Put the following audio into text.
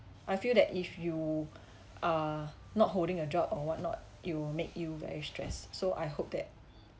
I feel that if you are not holding a job or what not it'll make you very stress so I hope that